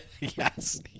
yes